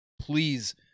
Please